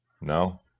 No